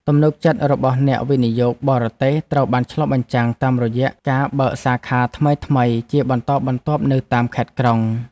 ទំនុកចិត្តរបស់អ្នកវិនិយោគបរទេសត្រូវបានឆ្លុះបញ្ចាំងតាមរយៈការបើកសាខាថ្មីៗជាបន្តបន្ទាប់នៅតាមខេត្តក្រុង។